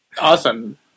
Awesome